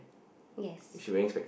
yes